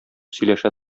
сөйләшә